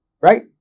Right